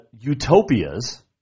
Utopias